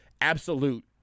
absolute